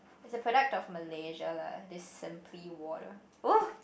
it's a product of Malaysia lah this simply water !woo!